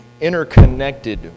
interconnected